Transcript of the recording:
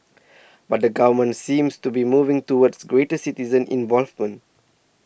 but the government seems to be moving towards greater citizen involvement